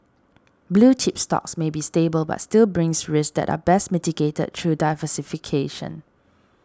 blue chip stocks may be stable but still brings risks that are best mitigated through diversification